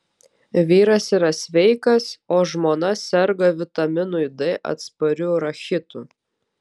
vyras yra sveikas o žmona serga vitaminui d atspariu rachitu